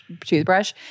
toothbrush